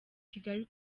kigali